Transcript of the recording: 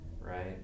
right